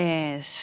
Yes